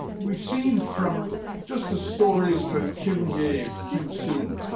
we've seen from just the stories that kim gave, kim sue,